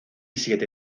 siete